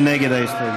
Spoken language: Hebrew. מי נגד ההסתייגות?